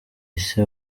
ise